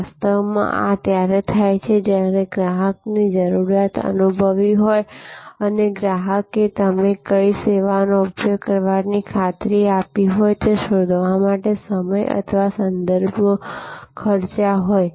વાસ્તવમાં આ ત્યારે થાય છે જ્યારે ગ્રાહકે જરૂરિયાત અનુભવી હોય અને ગ્રાહકે તમે કઈ સેવાનો ઉપયોગ કરવાની ખાતરી આપી હોય તે શોધવા માટે સમય અથવા સંદર્ભો ખર્ચ્યા હોય